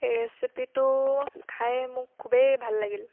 এই ৰেচিপিটো খাই মোৰ খুবেই ভাল লাগিল